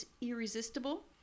irresistible